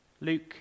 Luke